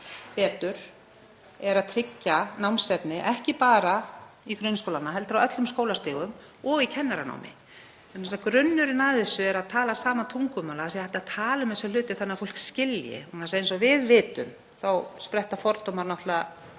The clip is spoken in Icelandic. betur er að tryggja námsefni, ekki bara í grunnskólanum heldur á öllum skólastigum og í kennaranámi vegna þess að grunnurinn að þessu er að tala sama tungumálið, að það sé hægt að tala um þessa hluti þannig að fólk skilji. Eins og við vitum þá spretta fordómar iðulega